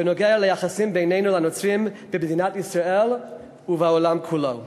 בנוגע ליחסים בינינו לנוצרים במדינת ישראל ובעולם כולו.